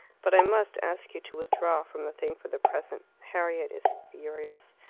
but i must ask you to withdraw from the thing for the present. harriet is furious.